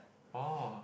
oh